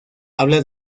habla